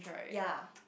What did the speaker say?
ya